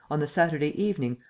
on the saturday evening,